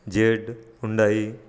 Z Hyundai